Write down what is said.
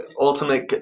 ultimate